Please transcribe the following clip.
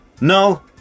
No